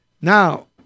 Now